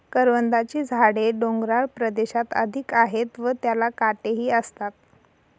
करवंदाची झाडे डोंगराळ प्रदेशात अधिक आहेत व त्याला काटेही असतात